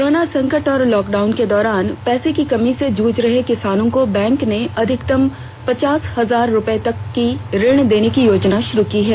corona संकट और lockdown के दौरान पैसे की कमी से जूझ रहे किसानों को बैंकों ने अधिकतम पचास हजार रुपए तक की ऋण देने की योजना शुरू की है